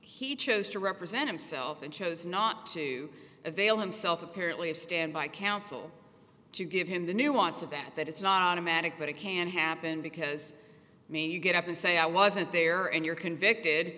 he chose to represent himself and chose not to avail himself apparently of stand by counsel to give him the nuance of that that is not a magic but it can happen because maybe you get up and say i wasn't there and you're convicted